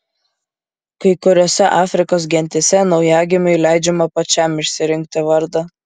kai kuriose afrikos gentyse naujagimiui leidžiama pačiam išsirinkti vardą